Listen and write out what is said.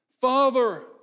Father